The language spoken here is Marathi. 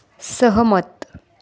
सहमत